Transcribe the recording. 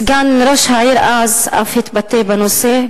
סגן ראש העיר אז אף התבטא בנושא.